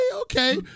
okay